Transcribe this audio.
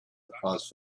across